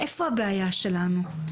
איפה הבעיה שלנו?